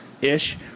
ish